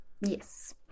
Yes